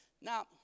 Now